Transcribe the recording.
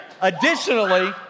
additionally